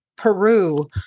peru